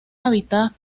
habitadas